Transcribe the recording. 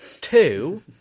Two